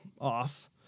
off